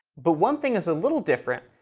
but one thing is a little different.